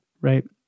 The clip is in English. right